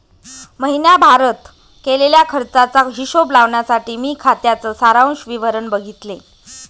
महीण्याभारत केलेल्या खर्चाचा हिशोब लावण्यासाठी मी खात्याच सारांश विवरण बघितले